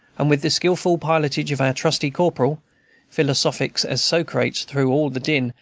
and with the skilful pilotage of our trusty corporal philosophic as socrates through all the din,